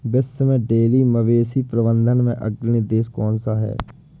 विश्व में डेयरी मवेशी प्रबंधन में अग्रणी देश कौन सा है?